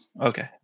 Okay